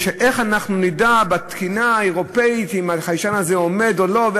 כי איך נדע אם החיישן הזה עומד או לא בתקינה האירופית,